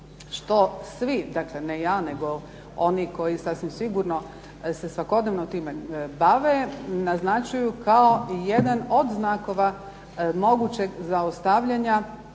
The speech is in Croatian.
što svi, dakle ne ja nego oni koji sasvim sigurno se svakodnevno time bave naznačuju kao jedan od znakova mogućeg zaustavljanja